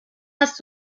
hast